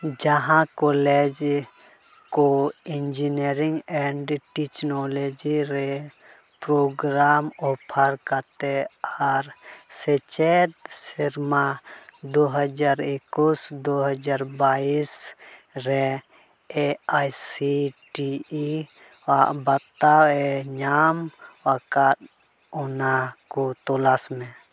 ᱡᱟᱦᱟᱸ ᱠᱚᱞᱮᱡᱽ ᱠᱚ engineering and technology ᱨᱮ ᱯᱨᱳᱜᱨᱟᱢ ᱚᱯᱷᱟᱨ ᱠᱟᱛᱮ ᱟᱨ ᱥᱮᱪᱮᱫ ᱥᱮᱨᱢᱟ ᱫᱩᱦᱟᱡᱟᱨ ᱮᱠᱩᱥ ᱫᱩᱦᱟᱡᱟᱨ ᱵᱟᱭᱤᱥ ᱨᱮ A I C T E ᱟᱜ ᱵᱟᱛᱟᱣᱮ ᱧᱟᱢ ᱟᱠᱟᱫ ᱚᱱᱟ ᱠᱚ ᱛᱚᱞᱟᱥ ᱢᱮ